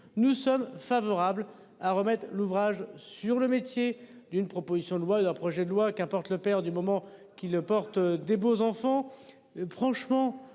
Nous sommes favorables à remettre l'ouvrage sur le métier d'une proposition de loi d'un projet de loi, qu'importe le père du moment qu'le portent des beaux enfants,